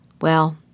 Well